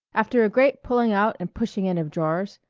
after a great pulling out and pushing in of drawers,